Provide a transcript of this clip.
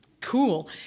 cool